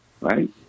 right